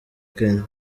kenya